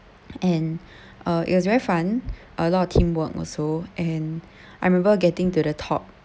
and uh it was very fun a lot of teamwork also and I remember getting to the top